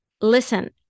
listen